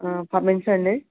ఆ పదినిమిషాలండి